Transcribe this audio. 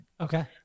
Okay